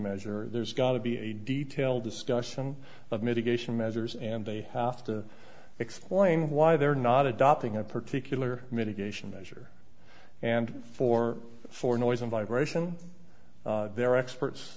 measure there's got to be a detailed discussion of mitigation measures and they have to explain why they're not adopting a particular mitigation measure and four for noise and vibration their experts